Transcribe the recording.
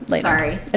sorry